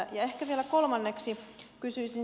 ja ehkä vielä kolmanneksi kysyisin